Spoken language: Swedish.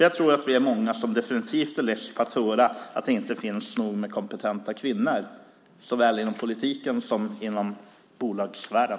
Jag tror att vi är många som definitivt är less på att höra att det inte finns nog med kompetenta kvinnor såväl inom politiken som inom bolagssfären.